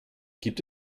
gibt